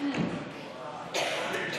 עוד שר.